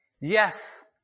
Yes